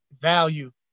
value